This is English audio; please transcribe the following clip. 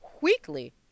weekly